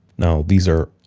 now, these are,